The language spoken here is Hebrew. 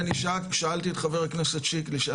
כי אני שאלתי את חבר הכנסת שיקלי שהיה